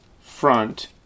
front